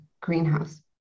greenhouse